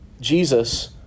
Jesus